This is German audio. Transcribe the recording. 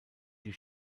die